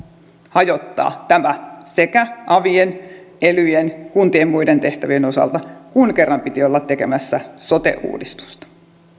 hajottaa tämä avien elyjen ja kuntien muiden tehtävien osalta kun kerran piti olla tekemässä sote uudistusta